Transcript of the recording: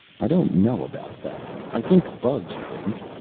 i don't know about that. i think bugs think.